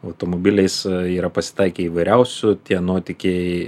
automobiliais yra pasitaikę įvairiausių tie nuotykiai